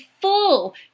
full